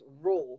raw